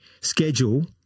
schedule